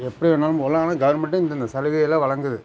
எப்படி வேணாலும் போகலாம் ஆனால் கவர்மெண்ட்டு இந்த இந்த சலுகைகளை வழங்குது